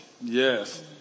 Yes